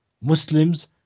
Muslims